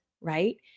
right